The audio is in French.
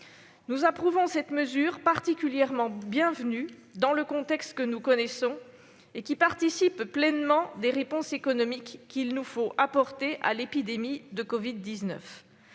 Nous approuvons cette mesure, particulièrement bienvenue dans le contexte que nous connaissons. Elle participe pleinement aux réponses économiques qu'il nous faut apporter à l'épidémie de covid-19.